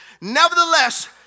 Nevertheless